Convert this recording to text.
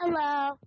Hello